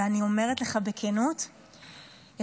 ואני אומרת לך בכנות ישבתי,